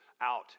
out